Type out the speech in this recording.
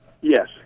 Yes